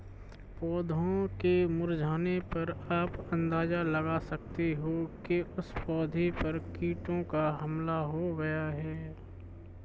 पौधों के मुरझाने पर आप अंदाजा लगा सकते हो कि उस पौधे पर कीटों का हमला हो गया है